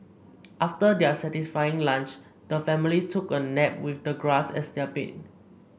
after their satisfying lunch the family took a nap with the grass as their bed